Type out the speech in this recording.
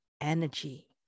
energy